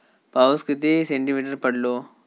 पाऊस किती सेंटीमीटर पडलो?